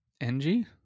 NG